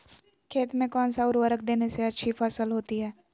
खेत में कौन सा उर्वरक देने से अच्छी फसल होती है?